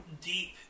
deep